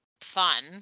fun